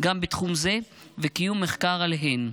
גם בתחום זה וקיום מחקר עליהן.